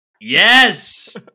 Yes